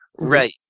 Right